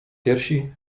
piersi